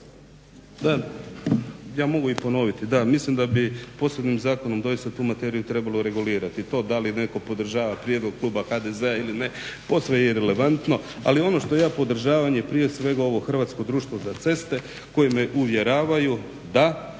Ja mogu i ponoviti. Da, mislim da bi posebnim zakonom doista tu materiju trebalo regulirati. To da li neko podržava prijedlog kluba HDZ-a ili ne, posve je irelevantno. Ali ono što ja podržavam je prije svega ovo Hrvatsko društvo za ceste koji me uvjeravaju da,